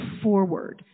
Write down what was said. forward